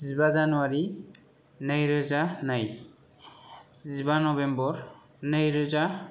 जिबा जानुवारि नैरोजा नै जिबा नभेम्बर नैरोजा